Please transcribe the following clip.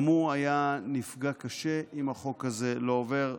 גם הוא ייפגע קשה אם החוק הזה לא יעבור.